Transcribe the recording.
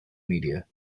media